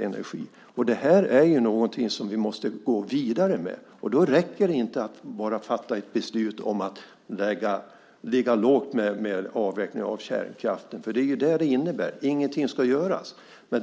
energi. Det här är något som vi måste gå vidare med, och då räcker det inte att bara fatta ett beslut om att ligga lågt med avveckling av kärnkraften. För det är ju detta det innebär: Ingenting ska göras.